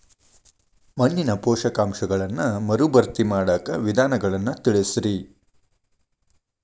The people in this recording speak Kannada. ಮಣ್ಣಿನ ಪೋಷಕಾಂಶಗಳನ್ನ ಮರುಭರ್ತಿ ಮಾಡಾಕ ವಿಧಾನಗಳನ್ನ ತಿಳಸ್ರಿ